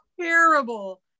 terrible